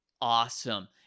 awesome